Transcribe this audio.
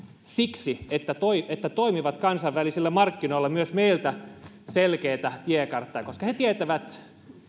siksi että toimivat kansainvälisillä markkinoilla myös meiltä selkeätä tiekarttaa koska he tietävät